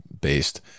based